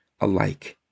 alike